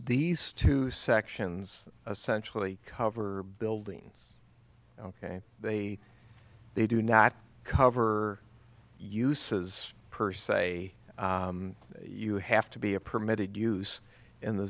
these two sections essential cover buildings ok they they do not cover uses per se you have to be a permitted use in the